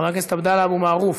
חבר הכנסת עבדאללה אבו מערוף,